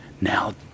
now